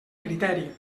criteri